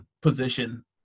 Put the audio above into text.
position